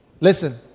Listen